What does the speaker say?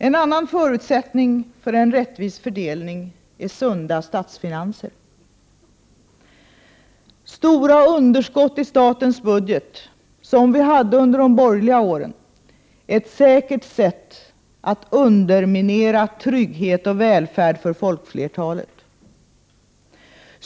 En annan förutsättning för en rättvis fördelning är sunda statsfinanser. Stora underskott i statens budget — som vi hade under de borgerliga åren — är ett säkert sätt att underminera trygghet och välfärd för folkflertalet.